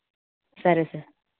సరే సార్